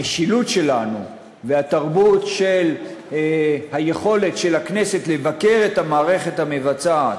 המשילות שלנו והתרבות של היכולת של הכנסת לבקר את המערכת המבצעת,